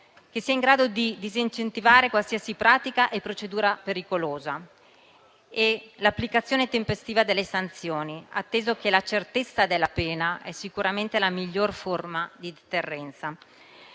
che sia in grado di disincentivare qualsiasi pratica e procedura pericolosa, e l'applicazione tempestiva delle sanzioni, atteso che la certezza della pena è sicuramente la miglior forma di deterrenza.